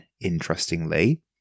interestingly